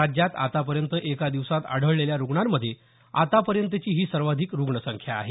राज्यात आतापर्यंत एका दिवसात आढळलेल्या रुग्णांमध्ये आतापर्यंतची ही सर्वाधिक रुग्ण संख्या आहे